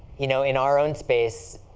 you know in our own space,